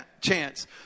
chance